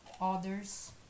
others